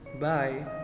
Bye